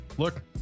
Look